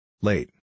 Late